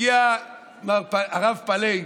הגיע הרב פלאי,